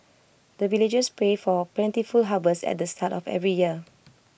the villagers pray for plentiful harvest at the start of every year